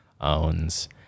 owns